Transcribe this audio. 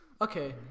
Okay